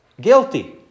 Guilty